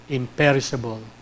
imperishable